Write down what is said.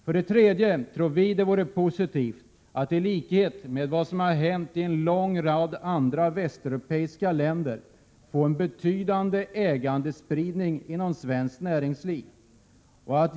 För det tredje tror vi att det vore positivt att i likhet med vad som har hänt i en lång rad andra västeuropeiska länder få till stånd en betydande ägandespridning inom svenskt näringsliv.